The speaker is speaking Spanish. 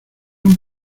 son